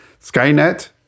Skynet